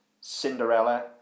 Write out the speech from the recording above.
Cinderella